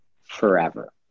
forever